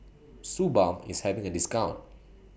Suu Balm IS having A discount